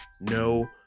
no